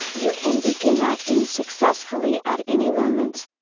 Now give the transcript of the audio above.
you can begin acting successfully at any moment.